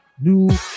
new